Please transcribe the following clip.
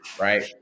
right